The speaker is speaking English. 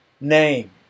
name